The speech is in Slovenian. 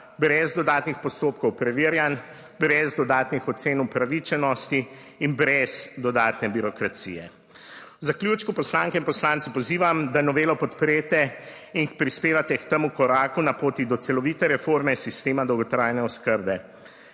brez dodatnih postopkov preverjanj, brez dodatnih ocen upravičenosti in brez dodatne birokracije. V zaključku poslanke in poslanci pozivam, da novelo podprete in prispevate k temu koraku. **2. TRAK (VI) 9.05** (nadaljevaje) na poti do celovite reforme sistema dolgotrajne oskrbe.